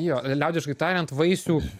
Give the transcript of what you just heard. jo liaudiškai tariant vaisių